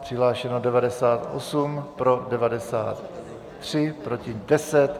Přihlášeno 98, pro 93, proti 10.